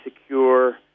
secure